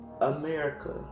America